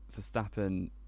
Verstappen